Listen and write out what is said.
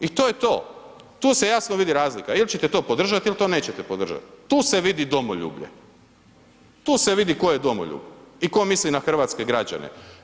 I to je to, tu se jasno vidi razlika ili ćete to podržat ili to nećete podržat, tu se vidi domoljublje, tu se vidi tko je domoljub i tko misli na hrvatske građane.